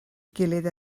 gilydd